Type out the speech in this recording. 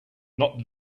not